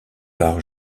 par